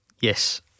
Yes